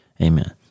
Amen